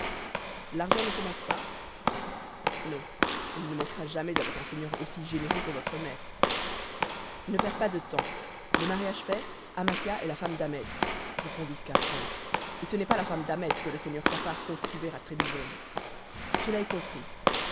l'argent ne te manque pas non et il ne manquera jamais avec un seigneur aussi généreux que votre maître ne perds pas de temps le mariage fait amasia est la femme d'ahmet répondit scarpante et ce n'est pas la femme d'ahmet que le seigneur saffar compte trouver à trébizonde cela est compris